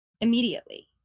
Immediately